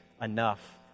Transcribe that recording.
enough